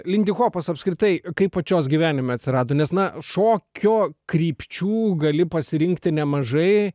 lindihopas apskritai kaip pačios gyvenime atsirado nes na šokio krypčių gali pasirinkti nemažai